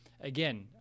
again